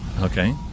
Okay